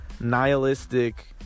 nihilistic